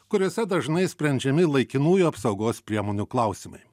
kuriose dažnai sprendžiami laikinųjų apsaugos priemonių klausimai